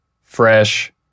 fresh